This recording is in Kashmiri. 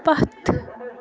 پَتھ